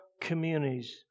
communities